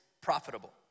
profitable